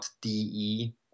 .de